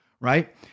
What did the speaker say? right